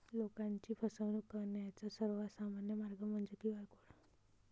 लोकांची फसवणूक करण्याचा सर्वात सामान्य मार्ग म्हणजे क्यू.आर कोड